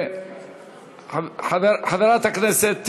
חברת הכנסת